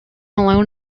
alone